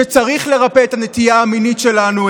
שצריך לרפא את הנטייה המינית שלנו,